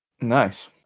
Nice